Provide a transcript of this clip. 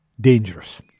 dangerous